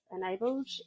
enabled